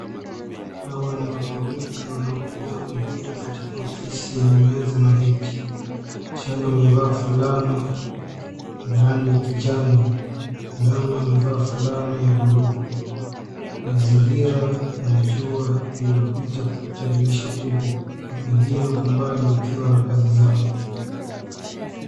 Hawa ni watu wawili wanaotumia kompyuta katika ofisi yenye meza na viti. Msichana amevaa fulana ya rangi ya kijani, mvulana amevaa fulana ya buluu. Mazingira yana jua lililopita kupita dirisha kubwa. Watu wengine wako mbali wakiwa na kazi zao.